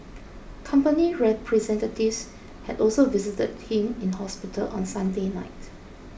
company representatives had also visited him in hospital on Sunday night